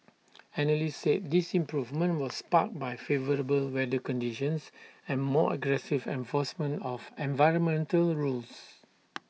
analysts said this improvement was sparked by favourable weather conditions and more aggressive enforcement of environmental rules